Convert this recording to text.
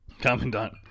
Commandant